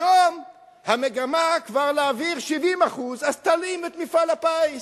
היום המגמה היא כבר להעביר 70% אז תלאים את מפעל הפיס,